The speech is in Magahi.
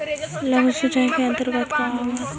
लघु सिंचाई के अंतर्गत का आव हइ?